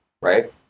right